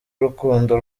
urukundo